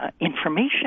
information